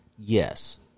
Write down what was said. Yes